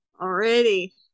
Already